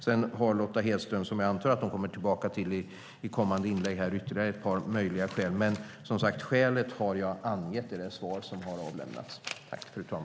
Jag antar att Lotta Hedström i kommande inlägg kommer tillbaka till ytterligare ett par möjliga skäl. Men, som sagt, jag angav skälet i mitt interpellationssvar.